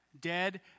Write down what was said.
dead